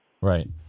Right